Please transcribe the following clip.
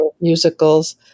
musicals